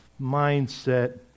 mindset